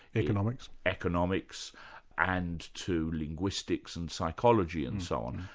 economics. economics and to linguistics and psychology and so on.